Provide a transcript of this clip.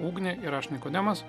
ugnė ir aš nikodemas